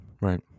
Right